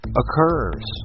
occurs